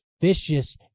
vicious